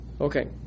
okay